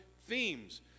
themes